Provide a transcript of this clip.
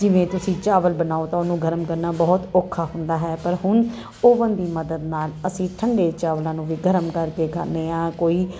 ਜਿਵੇਂ ਤੁਸੀਂ ਚਾਵਲ ਬਣਾਓ ਤਾਂ ਉਹਨੂੰ ਗਰਮ ਕਰਨਾ ਬਹੁਤ ਔਖਾ ਹੁੰਦਾ ਹੈ ਪਰ ਹੁਣ ਓਵਨ ਦੀ ਮਦਦ ਨਾਲ ਅਸੀਂ ਠੰਢੇ ਚਾਵਲਾਂ ਨੂੰ ਵੀ ਗਰਮ ਕਰਕੇ ਖਾਂਦੇ ਹਾਂ